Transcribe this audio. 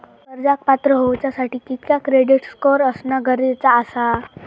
कर्जाक पात्र होवच्यासाठी कितक्या क्रेडिट स्कोअर असणा गरजेचा आसा?